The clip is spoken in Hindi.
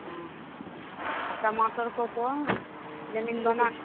और टमाटर का तो जमीन बना